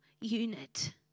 unit